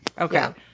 okay